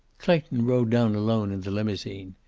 clayton rode down alone in the limousine.